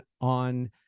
on